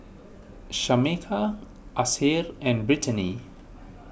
Shameka Asher and Brittany